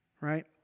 Right